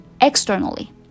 externally